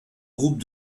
groupes